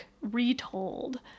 Retold